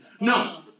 No